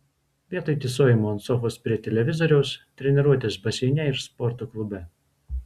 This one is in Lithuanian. vietoj tysojimo ant sofos prie televizoriaus treniruotės baseine ir sporto klube